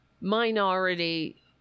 minority